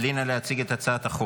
עלי נא להציג את הצעת החוק.